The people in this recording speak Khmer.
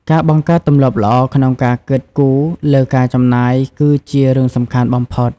ការបង្កើតទម្លាប់ល្អក្នុងការគិតគូរលើការចំណាយ គឺជារឿងសំខាន់បំផុត។